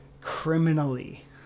criminally